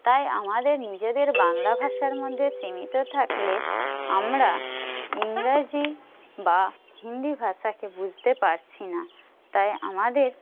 তাই আমাদের নিজেদের বাংলা ভাষার মধ্যে সীমিত থাকলে আমরা ইংরাজি বা হিন্দি ভাষাকে বুঝতে পারছি না তাই আমাদের